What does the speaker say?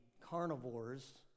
carnivores